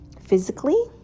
physically